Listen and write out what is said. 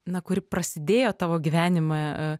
na kuri prasidėjo tavo gyvenime